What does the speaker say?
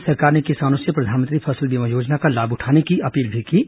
केन्द्र सरकार ने किसानों से प्रधानमंत्री फसल बीमा योजना का लाभ उठाने की अपील भी की है